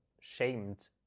shamed